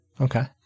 Okay